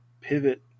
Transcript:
pivot